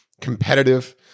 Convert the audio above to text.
competitive